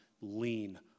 lean